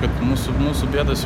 kad mūsų mūsų bėdos